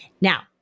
Now